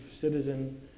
citizen